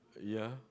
ya